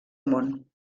món